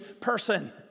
person